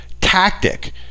tactic